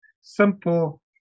simple